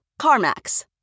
CarMax